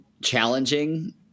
challenging